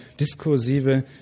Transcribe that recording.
diskursive